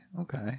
okay